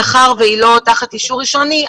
מאחר והיא לא תחת אישור ראשוני,